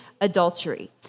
adultery